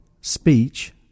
speech